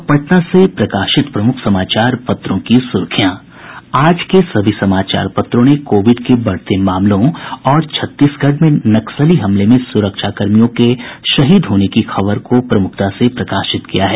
अब पटना से प्रकाशित प्रमुख समाचार पत्रों की सुर्खियां आज के सभी समाचार पत्रों ने कोविड के बढ़ते मामलों और छत्तीसगढ़ में नक्सली हमले में सुरक्षाकर्मियों के शहीद होने की खबर को प्रमुखता से प्रकाशित किया है